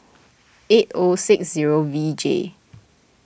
eight O six zero V J